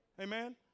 Amen